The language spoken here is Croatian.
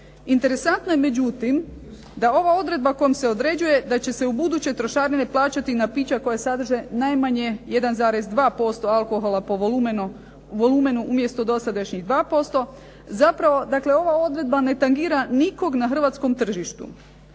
Interesantno je međutim, da ova odredba kojom se određuje da će se u buduće trošarine plaćati i na pića koja sadrže najmanje 1,2% alkohola po volumenu umjesto dosadašnjih 2%. Zapravo dakle ova odredba ne tangira nikog na hrvatskom tržištu.